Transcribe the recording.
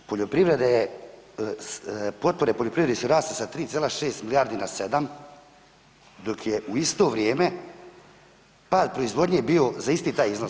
A poljoprivreda je, potpore poljoprivredi su rasle sa 3,6 milijardi na 7 dok je u isto vrijeme pad proizvodnje bio za isti taj iznos.